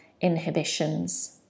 inhibitions